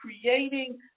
creating